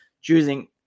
choosing